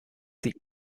sie